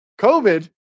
covid